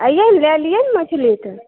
अइए ने लए लिए मछली तऽ